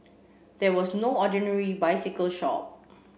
there was no ordinary bicycle shop